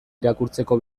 irakurtzeko